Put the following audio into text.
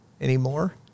anymore